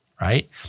right